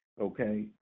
okay